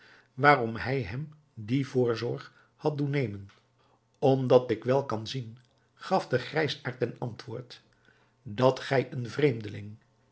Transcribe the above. waarom hij hem die voorzorg had doen nemen omdat ik wel kan zien gaf den grijsaard ten antwoord dat gij een vreemdeling